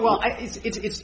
well i think it's